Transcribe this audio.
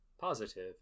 positive